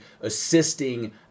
assisting